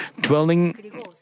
dwelling